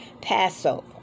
Passover